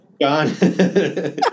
John